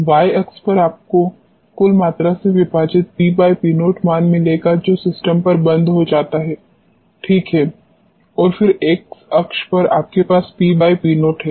y अक्ष पर आपको कुल मात्रा से विभाजित PP0 मान मिलेगा जो सिस्टम पर बंद हो जाता है ठीक है और फिर x अक्ष पर आपके पास PP0 है